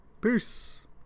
Peace